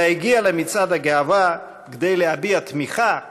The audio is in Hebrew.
אלא הגיעה למצעד הגאווה כדי להביע תמיכה,